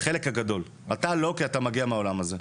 אתה לא, כי אתה מגיע מהעולם הזה.